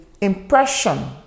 impression